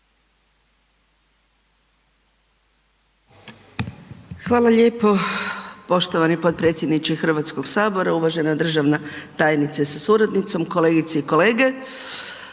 Hvala lijepo poštovani potpredsjedniče Hrvatskog sabora. Poštovana državna tajnica sa suradnicima, kolege i kolege,